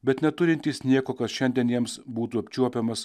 bet neturintys nieko kas šiandien jiems būtų apčiuopiamas